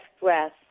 breath